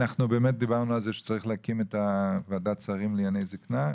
אנחנו באמת דיברנו על זה שצריך להקים את ועדת השרים לענייני זקנה.